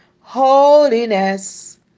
Holiness